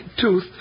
tooth